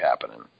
happening